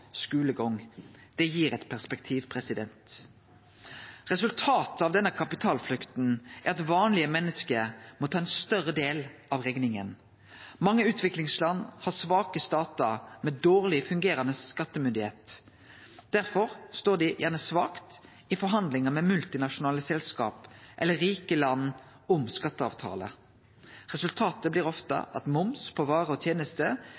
Det gir eit perspektiv. Resultatet av denne kapitalflukta er at vanlege menneske må ta ein større del av rekninga. Mange utviklingsland har svake statar med dårleg fungerande skattestyresmakt. Derfor står dei gjerne svakt i forhandlingar med multinasjonale selskap eller rike land om skatteavtaler. Resultatet blir ofte at moms på varer og tenester